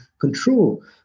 control